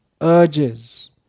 urges